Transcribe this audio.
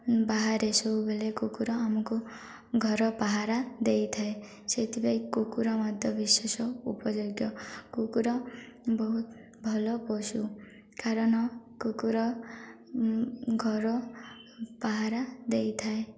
ବାହାରେ ସବୁବେଳେ କୁକୁର ଆମକୁ ଘର ପହରା ଦେଇଥାଏ ସେଥିପାଇଁ କୁକୁର ମଧ୍ୟ ବିଶେଷ ଉପଯୋଗ୍ୟ କୁକୁର ବହୁତ ଭଲ ପଶୁ କାରଣ କୁକୁର ଘର ପହରା ଦେଇଥାଏ